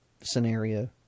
scenario